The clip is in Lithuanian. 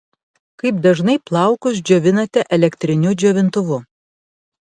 kaip dažnai plaukus džiovinate elektriniu džiovintuvu